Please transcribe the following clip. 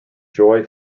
joy